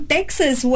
Texas